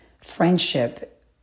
friendship